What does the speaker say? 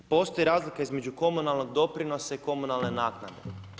Postoji razlika između komunalnog doprinosa i komunalne naknade.